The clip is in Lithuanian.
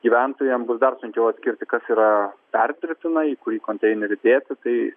gyventojam bus dar sunkiau atskirti kas yra perdirbtina į kurį konteinerį dėti tai